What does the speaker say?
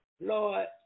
Lord